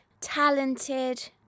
talented